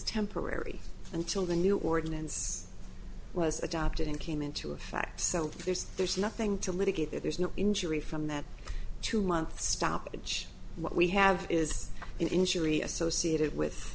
temporary until the new ordinance was adopted and came into effect so there's there's nothing to litigate that there's no injury from that two month stoppage what we have is an injury associated